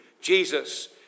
Jesus